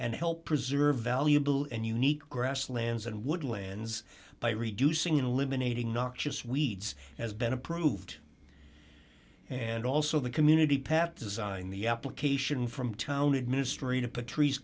and help preserve valuable and unique grasslands and woodlands by reducing eliminating noxious weeds has been approved and also the community path design the application from town administrative patrice